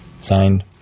Signed